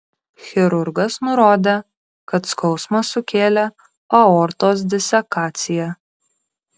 chirurgas nurodė kad skausmą sukėlė aortos disekacija